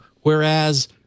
whereas